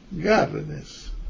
godliness